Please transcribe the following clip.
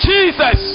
Jesus